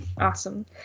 awesome